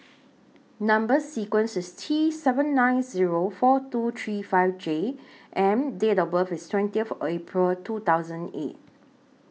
Number sequence IS T seven nine Zero four two three five J and Date of birth IS twenty April two thousand eight